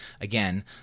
Again